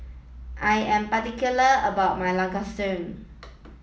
I am particular about my Lasagna